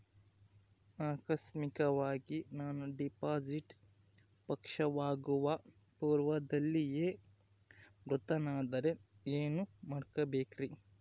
ಆಕಸ್ಮಿಕವಾಗಿ ನಾನು ಡಿಪಾಸಿಟ್ ಪಕ್ವವಾಗುವ ಪೂರ್ವದಲ್ಲಿಯೇ ಮೃತನಾದರೆ ಏನು ಮಾಡಬೇಕ್ರಿ?